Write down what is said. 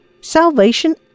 Salvation